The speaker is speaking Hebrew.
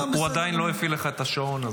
הוא עדיין לא הפעיל לך את השעון.